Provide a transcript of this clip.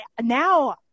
now